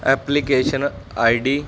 application ID